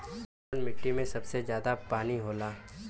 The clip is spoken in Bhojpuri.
कौन मिट्टी मे सबसे ज्यादा पानी होला?